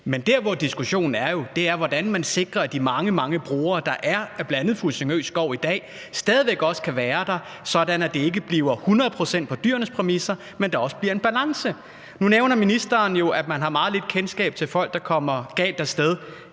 Men der, hvor diskussionen er, er jo, hvordan man sikrer, at de mange, mange brugere, der er af bl.a. skoven ved Fussingø i dag, stadig væk også kan være der, sådan at det ikke bliver hundrede procent på dyrenes præmisser, men at der også bliver en balance. Nu nævner ministeren jo, at man har meget lidt kendskab til folk, der kommer galt af sted.